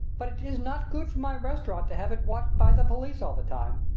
but it is not good for my restaurant to have it watched by the police all the time.